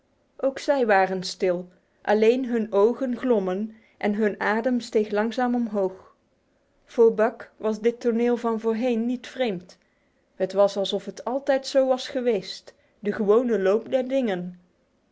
ook zij waren stil alleen hun ogen glommen en hun adem steeg langzaam omhoog voor buck was dit toneel van voorheen niet vreemd het was alsof het altijd zo was geweest de gewone loop der dingen